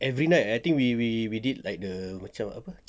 every night I think we we we did like macam apa